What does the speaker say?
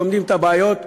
לומדים את הבעיות,